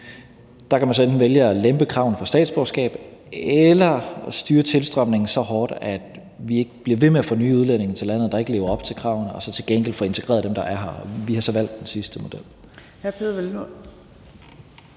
Der kan man så enten vælge at lempe kravene for statsborgerskab eller at styre tilstrømningen så hårdt, at vi ikke bliver ved med at få nye udlændinge til landet, der ikke lever op til kravene, og så til gengæld få integreret dem, der er her. Vi har så valgt den sidste model.